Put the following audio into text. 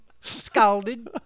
Scalded